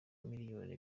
miliyoni